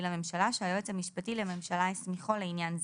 לממשלה שהיועץ המשפטי לממשלה הסמיכו לעניין זה.